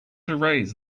erase